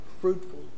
fruitful